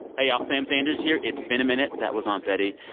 hey y'all. sam sanders here. it's been a minute. that was aunt betty,